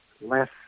less